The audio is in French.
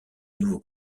nouveau